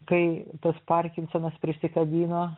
kai tas parkinsonas prisikabino